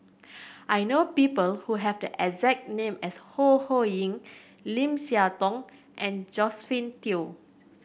I know people who have the exact name as Ho Ho Ying Lim Siah Tong and Josephine Teo